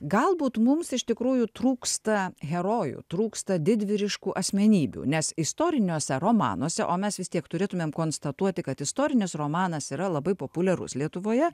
galbūt mums iš tikrųjų trūksta herojų trūksta didvyriškų asmenybių nes istoriniuose romanuose o mes vis tiek turėtumėm konstatuoti kad istorinis romanas yra labai populiarus lietuvoje